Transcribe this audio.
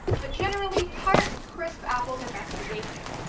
but generally tart crisp apples are best for baking,